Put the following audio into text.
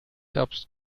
herbst